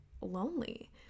lonely